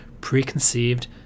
preconceived